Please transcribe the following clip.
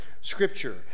scripture